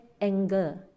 anger